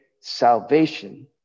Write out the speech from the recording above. salvation